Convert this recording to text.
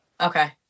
Okay